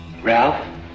Ralph